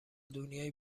دنیایی